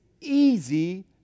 easy